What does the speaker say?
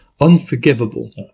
unforgivable